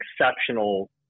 exceptional